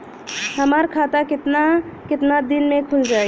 हमर खाता कितना केतना दिन में खुल जाई?